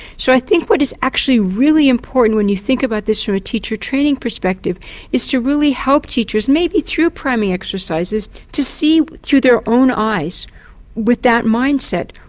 so i think what is actually really important when you think about this from a teacher training perspective is to really help teachers, maybe through priming exercises to see through their own eyes with that mindset,